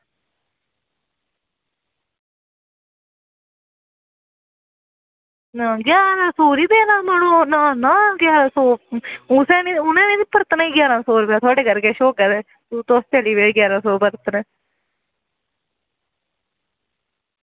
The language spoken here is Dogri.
में मेंहा ना ना में देना पूरा जारां सौ देना उनें बी बर्तना ई जारां सौ अगर थुआढ़े घर किश होगा ते हून तुस चली पे जारां सौ बरतनै ई